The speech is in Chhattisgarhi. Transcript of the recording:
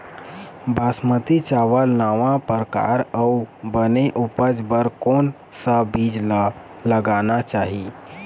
बासमती चावल नावा परकार अऊ बने उपज बर कोन सा बीज ला लगाना चाही?